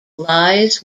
lies